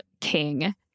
king